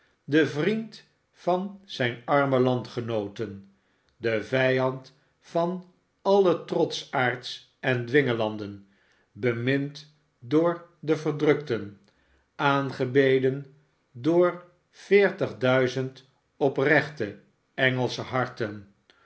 de vriend van zijne arme landgenooten de vijand van alle trotschaards en dwingelanden bemind door de verdrukten aangebeden door veertig duizend oprechte engelsche harten